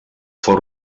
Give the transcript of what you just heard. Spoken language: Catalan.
fou